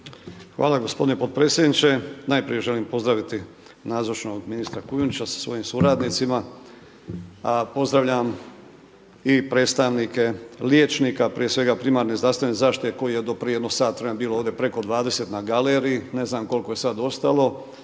Hvala gospodine potpredsjedniče. Najprije želim pozdraviti nazočnog ministra Kujundžića sa svojim suradnicima, a pozdravljam i predstavnike liječnika prije svega primarne zdravstvene zaštite kojih je do prije jedno sat vremena bilo ovdje preko 20 na galeriji, ne znam koliko je sad ostalo,